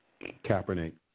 Kaepernick